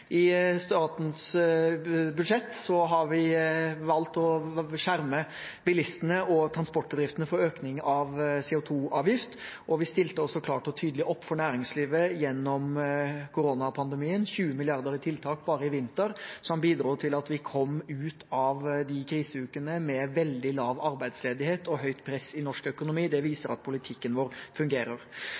I statsbudsjettet har vi valgt å skjerme bilistene og transportbedriftene for økning av CO 2 -avgift. Vi stilte også klart og tydelig opp for næringslivet gjennom koronapandemien: 20 mrd. kr i tiltak bare i vinter, som bidro til at vi kom ut av de kriseukene med veldig lav arbeidsledighet og høyt press i norsk økonomi. Det viser at politikken vår fungerer.